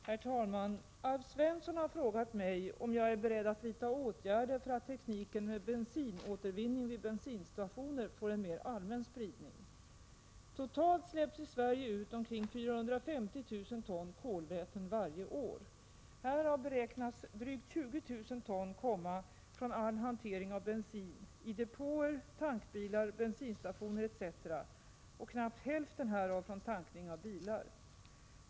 Herr talman! Alf Svensson har frågat mig om jag är beredd att vidta åtgärder för att tekniken med bensinåtervinning vid bensinstationer får en mera allmän spridning. Totalt släpps i Sverige ut omkring 450 000 ton kolväten varje år. Härav beräknas drygt 20 000 ton komma från all hantering av bensin i depåer, tankbilar, bensinstationer etc. och knappt hälften härav från tankning av bilar.